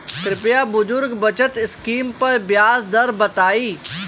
कृपया बुजुर्ग बचत स्किम पर ब्याज दर बताई